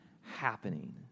happening